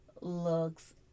looks